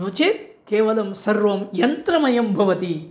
नो चेत् केवलं सर्वं यन्त्रमयं भवति